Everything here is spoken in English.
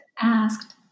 asked